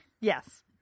Yes